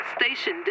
Station